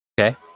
Okay